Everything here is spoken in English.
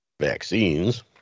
vaccines